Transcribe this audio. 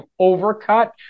overcut